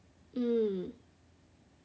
mm